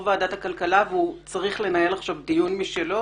ועדת הכלכלה והוא צריך לנהל עכשיו דיון משלו.